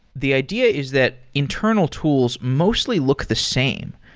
the idea is that internal tools mostly look the same.